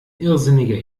irrsinniger